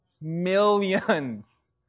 Millions